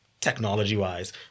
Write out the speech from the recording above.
technology-wise